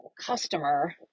customer